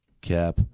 cap